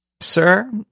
Sir